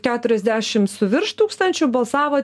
keturiasdešim su virš tūkstančiu balsavo